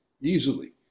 easily